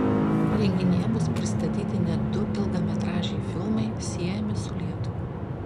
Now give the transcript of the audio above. renginyje bus pristatyti net du ilgametražiai filmai siejami su lietuva